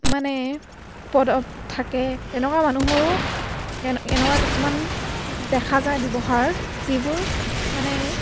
মানে পদত থাকে তেনেকুৱা মানুহৰো এনেকুৱা কিছুমান দেখা যায় ব্যৱহাৰ যিবোৰ মানে